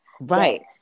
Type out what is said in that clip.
Right